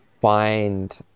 find